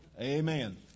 Amen